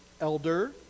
elder